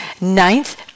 Ninth